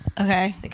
Okay